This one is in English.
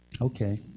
Okay